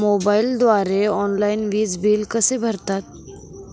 मोबाईलद्वारे ऑनलाईन वीज बिल कसे भरतात?